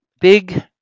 Big